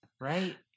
right